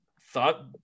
thought